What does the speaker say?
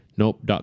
Nope